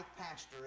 pastor